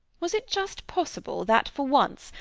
was it just possible that, for once,